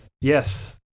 Yes